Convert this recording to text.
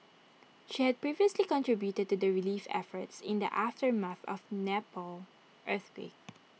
she had previously contributed to the relief efforts in the aftermath of the Nepal earthquake